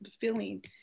feeling